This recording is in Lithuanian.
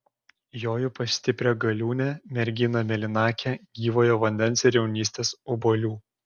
joju pas stiprią galiūnę merginą mėlynakę gyvojo vandens ir jaunystės obuolių